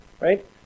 right